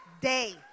day